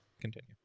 continue